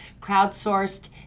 crowdsourced